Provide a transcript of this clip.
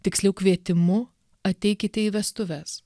tiksliau kvietimu ateikite į vestuves